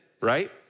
right